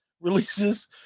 releases